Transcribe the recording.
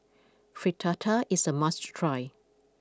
Fritada is a must try